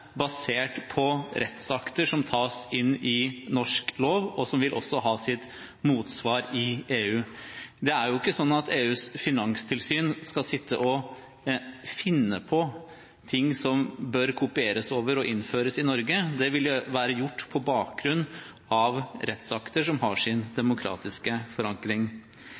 basert på rettsakter som tas inn i norsk lov, og som også vil ha sitt motsvar i EU. Det er ikke sånn at EUs finanstilsyn skal sitte og finne på ting som bør kopieres og innføres i Norge. Det vil være gjort på bakgrunn av rettsakter som har sin demokratiske forankring.